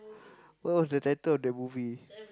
what was the title of the movie